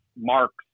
marks